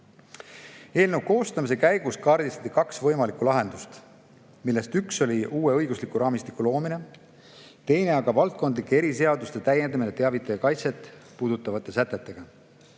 tõele. Eelnõu koostamise käigus kaardistati kaks võimalikku lahendust, millest üks oli uue õigusliku raamistiku loomine, teine aga valdkondlike eri seaduste täiendamine teavitaja kaitset puudutavate sätetega.